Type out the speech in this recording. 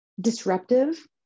disruptive